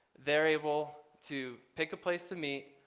they're able to pick a place to meet,